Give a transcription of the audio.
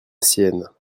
sienne